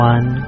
One